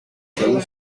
según